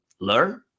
learn